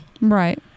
Right